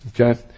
Okay